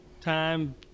time